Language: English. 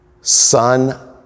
son